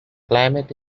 climate